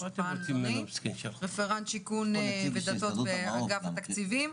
עשהאל, רפרנט שיכון ודתות אגף התקציבים.